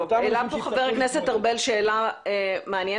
העלה פה חבר הכנסת ארבל שאלה מעניינת,